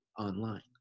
online